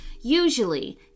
Usually